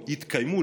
או יתקיימו,